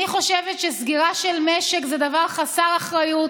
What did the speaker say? אני חושבת שסגירת משק זה דבר חסר אחריות.